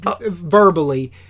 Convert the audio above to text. verbally